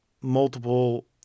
multiple